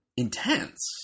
Intense